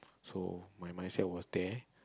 so my mindset was there